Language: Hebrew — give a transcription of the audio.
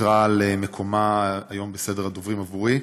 שוויתרה על מקומה היום בסדר הדוברים עבורי,